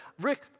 Rick